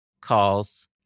calls